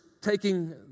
taking